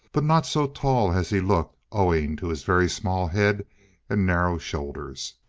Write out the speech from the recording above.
but not so tall as he looked, owing to his very small head and narrow shoulders.